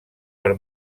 per